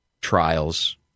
trials